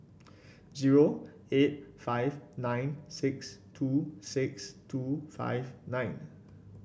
zero eight five nine six two six two five nine